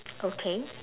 okay